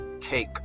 cake